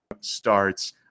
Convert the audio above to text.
starts